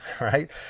right